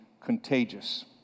contagious